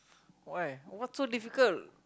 why what's so difficult